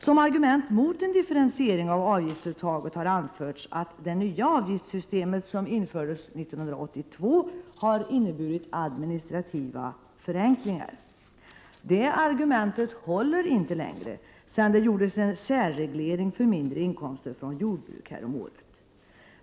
Som argument mot en differentiering av avgiftsuttaget har anförts att det nya avgiftssystemet, som infördes 1982, har inneburit administrativa förenklingar. Det argumentet håller inte längre, sedan det häromåret gjordes en särreglering för mindre inkomster från jordbruk.